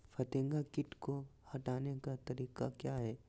फतिंगा किट को हटाने का तरीका क्या है?